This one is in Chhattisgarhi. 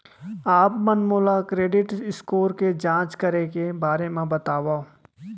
आप मन मोला क्रेडिट स्कोर के जाँच करे के बारे म बतावव?